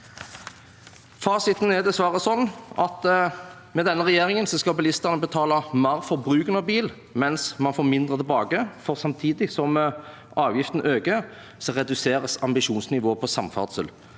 sånn at med denne regjeringen skal bilistene betale mer for bruken av bil, mens man får mindre tilbake, for samtidig som avgiftene øker, reduseres ambisjonsnivået for samferdsel.